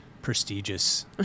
prestigious